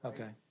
Okay